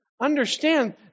Understand